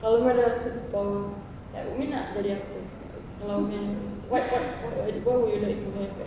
kalau you ada superpower like you nak jadi apa kalau what what what will you like to have right now